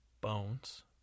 bones